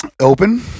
Open